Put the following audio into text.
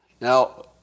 Now